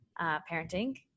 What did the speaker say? parenting